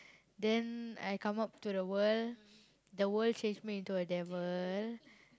then I come out to the world the world change me to a devil